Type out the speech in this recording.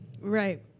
Right